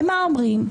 ומה אומרים?